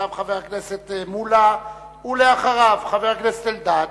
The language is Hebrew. עכשיו חבר הכנסת מולה, ואחריו, חבר הכנסת אלדד.